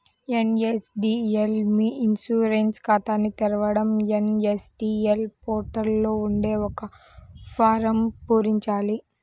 NSDL మీ e insurance ఖాతాని తెరవడం ఎన్.ఎస్.డి.ఎల్ పోర్టల్ లో ఉండే ఒక ఫారమ్ను పూరించాలి